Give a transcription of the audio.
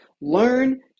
Learn